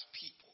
people